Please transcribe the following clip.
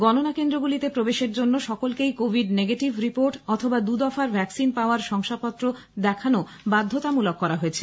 গণনা কেন্দ্রগুলিতে প্রবেশের জন্য সকলকেই কোভিড নেগেটিভ রিপোর্ট অথবা দুদফার ভ্যাক্সিন পাওয়ার শংসাপত্র দেখানো বাধ্যতামূলক করা হয়েছে